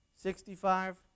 Sixty-five